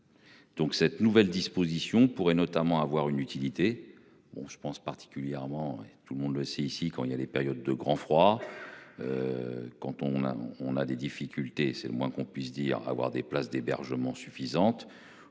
Donc cette nouvelle disposition pourrait notamment avoir une utilité. Bon je pense particulièrement et tout le monde le sait ici, quand il y a des périodes de grand froid. Quand on a on a des difficultés, c'est le moins qu'on puisse dire, à avoir des places d'hébergement suffisantes